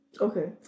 Okay